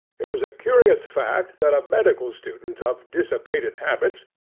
it was a curious fact that a medical student of dissipated habits,